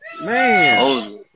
Man